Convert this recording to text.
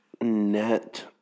net